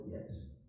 Yes